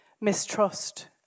mistrust